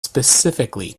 specifically